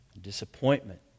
disappointment